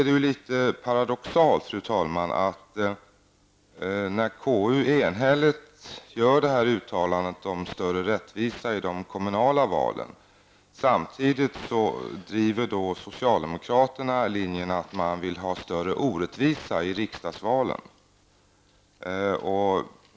Det är litet paradoxalt att socialdemokraterna samtidigt som konstitutionsutskottet enhälligt gör detta uttalande om större rättvisa i de kommunala valen, driver linjen att de vill ha större orättvisa i riksdagsvalen.